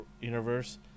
universe